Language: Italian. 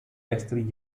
esteri